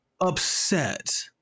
upset